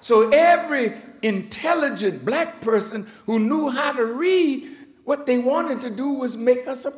so every intelligent black person who knew how to read what they wanted to do was make us a